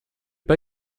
pas